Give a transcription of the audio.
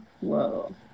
Whoa